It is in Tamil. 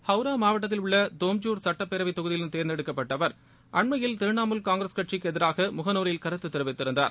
ஹவ்ரா மாவட்டத்தில் உள்ள தோம்ஜூர் சட்டப்பேரவைத் தொகுதியிலிருந்து தேர்ந்தெடுக்கப்பட்ட அவர் அன்மையில் திரிணாமூல் காங்கிரஸ் கட்சிக்கு எதிராக முகநூலில் கருத்து தெரிவித்திருந்தார்